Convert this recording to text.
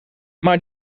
maar